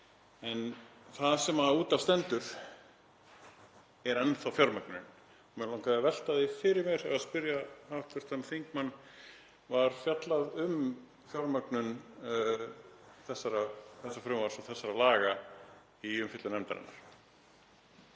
En það sem út af stendur er enn þá fjármögnunin. Mig langaði að velta því fyrir mér og spyrja hv. þingmann: Var fjallað um fjármögnun þessa frumvarps og þessara laga í umfjöllun nefndarinnar?